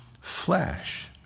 flesh